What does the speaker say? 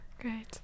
Great